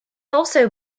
also